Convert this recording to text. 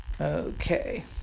Okay